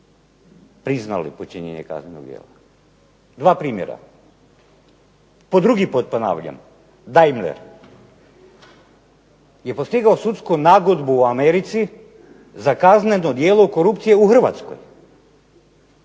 priznali počinjenje kaznenog djela, dva primjera. Po drugi put ponavljam Daimler je postigao sudsku nagodbu u Americi za kazneno djelo korupcije u Hrvatskoj,